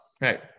Right